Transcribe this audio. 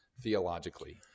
Theologically